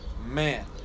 man